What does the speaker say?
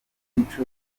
mico